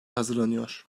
hazırlanıyor